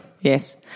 Yes